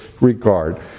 regard